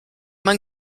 man